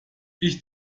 ich